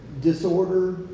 Disorder